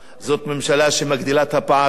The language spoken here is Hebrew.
זאת ממשלה שמגדילה את הפערים,